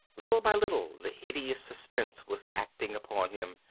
little by little the hideous suspense was acting upon him,